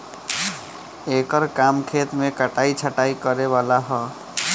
एकर काम खेत मे कटाइ छटाइ करे वाला ह